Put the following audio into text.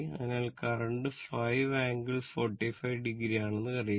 അതിനാൽ current 5∟45o ആണെന്ന് അറിയുക